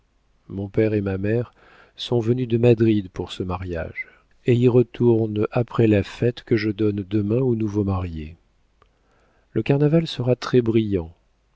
mon père et ma mère sont venus de madrid pour ce mariage et y retournent après la fête que je donne demain aux nouveaux mariés le carnaval sera très brillant